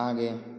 आगे